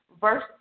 verse